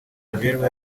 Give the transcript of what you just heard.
imibereho